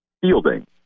fielding